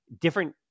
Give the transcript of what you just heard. different